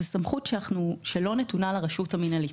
זאת סמכות שלא נתונה לרשות המינהלית.